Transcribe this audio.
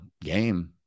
game